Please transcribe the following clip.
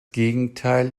gegenteil